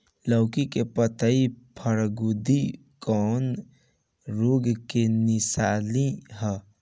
लौकी के पत्ति पियराईल कौन रोग के निशानि ह?